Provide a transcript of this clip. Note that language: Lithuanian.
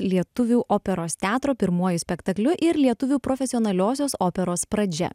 lietuvių operos teatro pirmuoju spektakliu ir lietuvių profesionaliosios operos pradžia